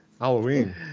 Halloween